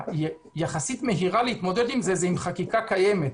היחסית מהירה להתמודד עם זה היא עם חקיקה קיימת,